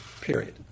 period